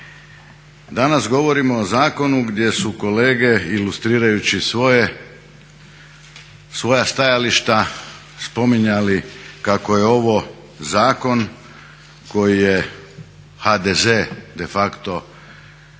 Danas govorimo o zakonu gdje su kolege ilustrirajući svoja stajališta spominjali kako je ovo zakon koji je HDZ de facto podnosio